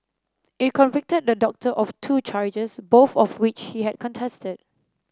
it convicted the doctor of two charges both of which he had contested